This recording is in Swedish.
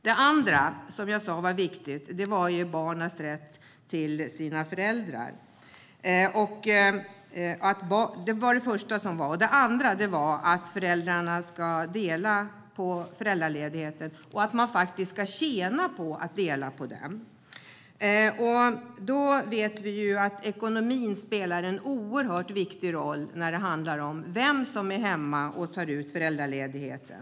Den andra viktiga principen är att föräldrarna ska dela på föräldraledigheten och att man ska tjäna på att göra det. Vi vet att ekonomin spelar en oerhört viktig roll i fråga om vem som ska vara hemma med barnet och ta ut föräldraledighet.